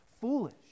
foolish